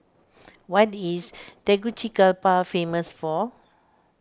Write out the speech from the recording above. what is Tegucigalpa famous for